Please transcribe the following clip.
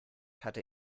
hatte